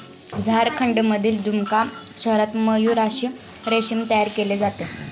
झारखंडमधील दुमका शहरात मयूराक्षी रेशीम तयार केले जाते